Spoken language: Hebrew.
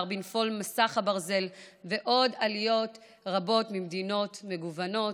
בנפול מסך הברזל ועוד עליות רבות ממדינות מגוונות.